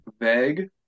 vague